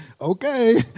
okay